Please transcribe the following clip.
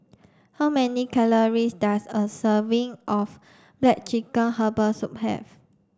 how many calories does a serving of black chicken herbal soup have